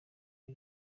iri